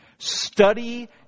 Study